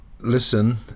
listen